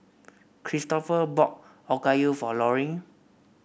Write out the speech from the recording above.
Cristopher brought Okayu for Laurine